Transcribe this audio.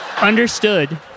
Understood